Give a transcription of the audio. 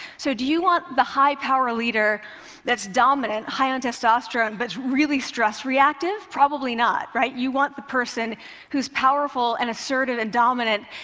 so do you want the high-power leader that's dominant, high on testosterone, but really stress reactive? probably not, right? you want the person who's powerful and assertive and dominant,